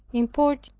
importing,